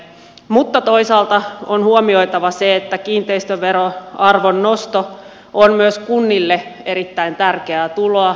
mutta toisaalta on huomioitava se että kiinteistöveron arvon nosto on myös kunnille erittäin tärkeää tuloa